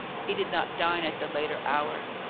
he did not dine at the later hour.